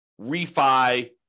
refi